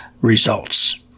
results